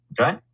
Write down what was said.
Okay